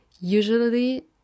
usually